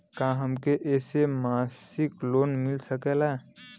का हमके ऐसे मासिक लोन मिल सकेला?